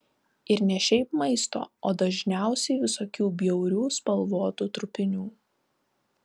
ir ne šiaip maisto o dažniausiai visokių bjaurių spalvotų trupinių